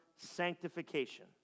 sanctification